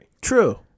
True